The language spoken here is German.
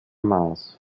maas